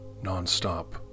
Non-stop